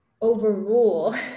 overrule